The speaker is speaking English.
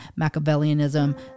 Machiavellianism